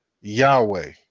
Yahweh